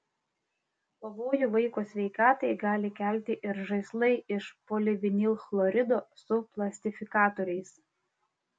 pavojų vaiko sveikatai gali kelti ir žaislai iš polivinilchlorido su plastifikatoriais